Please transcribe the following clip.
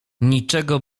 niczego